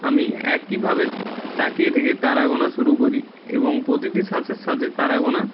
আমি একইভাবে তাকিয়ে থেকে তারা গোনা শুরু করি এবং প্রতিটি শ্বাসের সাথে তারা গোনা